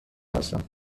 هستم